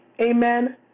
amen